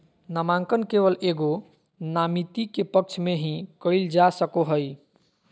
नामांकन केवल एगो नामिती के पक्ष में ही कइल जा सको हइ